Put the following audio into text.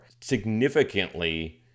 significantly